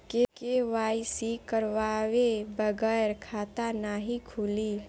KYC करवाये बगैर खाता नाही खुली?